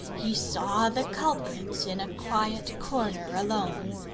he saw the culprits in a quiet corner alone.